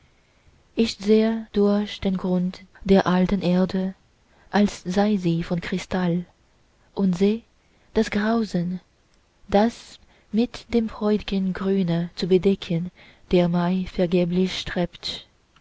ich sehe durch den grund der alten erde als sei sie von kristall und seh das grausen das mit dem freudgen grüne zu bedecken der mai vergeblich strebt